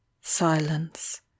silence